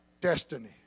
destiny